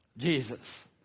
Jesus